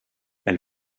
elle